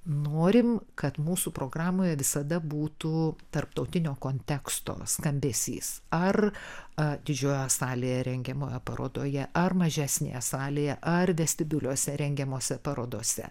norim kad mūsų programoje visada būtų tarptautinio konteksto skambesys ar a didžiojoje salėje rengiamoje parodoje ar mažesnėje salėje ar vestibiuliuose rengiamose parodose